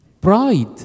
Pride